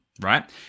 right